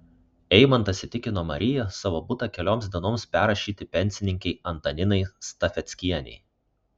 eimantas įtikino mariją savo butą kelioms dienoms perrašyti pensininkei antaninai stafeckienei